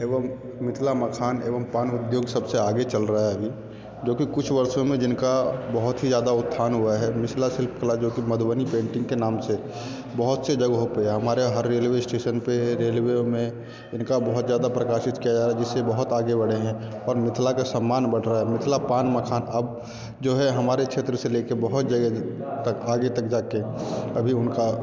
एवं मिथिला मखान एवं पान उद्योग सबसे आगे चल रहा है अभी जो कि कुछ वर्षों में जिनका बहुत ही ज़्यादा उत्थान हुआ है मिथिला शिल्प कला जो कि मधुबनी पेंटिंग के नाम से बहुत से जगहों पे हमारे हर रेलवे स्टेसन पे रेलवे में इनका बहुत ज़्यादा प्रकाशित किया जा रहा है जिससे बहुत आगे बढ़े हैं और मिथिला का सम्मान बढ़ रहा है मिथिला पान मखान अब जो है हमारे क्षेत्र से लेके बहुत जगह तक आगे तक जाके अभी उनका